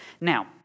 Now